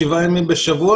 שבעה ימים בשבוע,